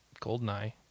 Goldeneye